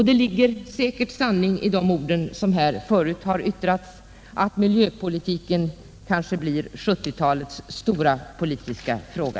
Det ligger säkert sanning i de ord som här tidigare har yttrats, nämligen att miljöpolitiken kanske blir 1970-talets stora politiska fråga.